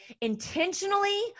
intentionally